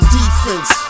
defense